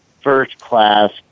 first-class